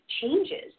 changes